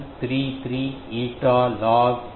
733 eta log 10 S a అవుతుంది